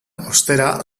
ostera